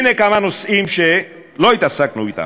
הנה כמה נושאים שלא התעסקנו בהם,